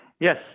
Yes